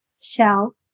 shell